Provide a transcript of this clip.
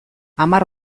hamar